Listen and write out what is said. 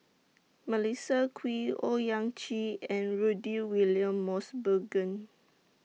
Melissa Kwee Owyang Chi and Rudy William Mosbergen